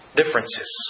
differences